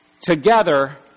Together